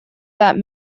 that